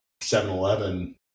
7-Eleven